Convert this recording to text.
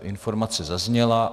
Informace zazněla.